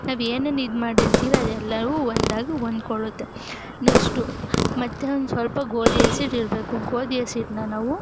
ನಾವೇನೇನು ಇದ್ಮಾಡಿರ್ತೀವಿ ಅದೆಲ್ಲವೂ ಒಂದಾಗಿ ಹೊಂದ್ಕೊಳ್ಳುತ್ತೆ ನೆಕ್ಸ್ಟು ಮತ್ತು ಹಂಗೆ ಸ್ವಲ್ಪ ಗೋಧಿ ಹಸಿಟ್ಟು ಇರಬೇಕು ಗೋಧಿ ಹಸಿಟ್ಟನ್ನ ನಾವು